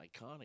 iconic